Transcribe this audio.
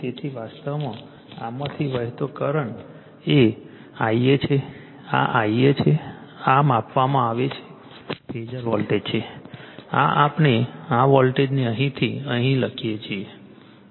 તેથી વાસ્તવમાં આમાંથી વહેતો કરંટ એ Ia છે આ Ia છે આ માપવામાં આવેલ ફેઝર વોલ્ટેજ છે આ આપણે આ વોલ્ટેજને અહીંથી અહીં લખીએ છીએ